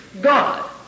God